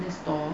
long